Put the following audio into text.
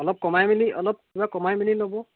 অলপ কমাই মেলি অলপ কিবা কমাই মেলি ল'ব